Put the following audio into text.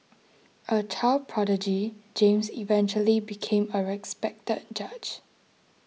a child prodigy James eventually became a respected judge